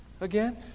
again